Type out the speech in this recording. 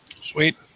Sweet